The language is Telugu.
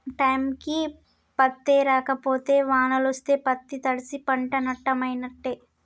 టైంకి పత్తేరక పోతే వానలొస్తే పత్తి తడ్సి పంట నట్టమైనట్టే